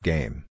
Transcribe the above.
Game